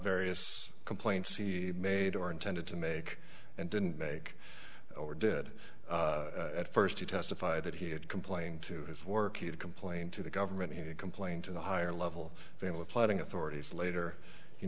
various complaints he made or intended to make and didn't make or did at first he testified that he had complained to his work he had complained to the government he complained to the higher level family planning authorities later